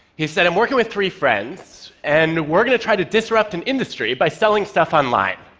he said, i'm working with three friends, and we're going to try to disrupt an industry by selling stuff online.